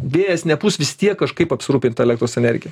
vėjas nepūs vis tiek kažkaip apsirūpint elektros energija